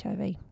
HIV